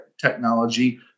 technology